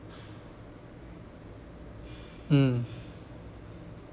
mm